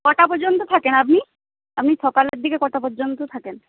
কটা পর্যন্ত থাকেন আপনি আপনি সকালের দিকে কটা পর্যন্ত থাকেন